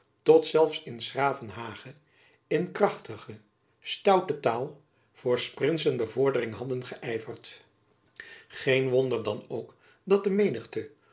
tot zelfs in's gravenhage in krachtige stoute taal voor's prinsen bevordering hadden geyverd geen wonder dan ook dat de menigte